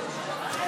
אני?